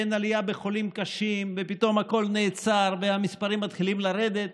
ואין עלייה בחולים קשים ופתאום הכול נעצר והמספרים מתחילים לרדת.